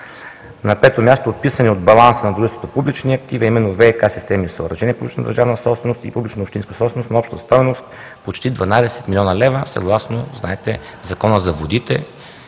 На пето място, отписани от баланса на дружеството публични активи, а именно ВиК системи и съоръжения публична държавна собственост и публично общинска собственост на обща стойност почти 12 млн. лв. съгласно, знаете, Закона за водите